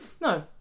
No